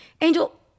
Angel